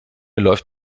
läuft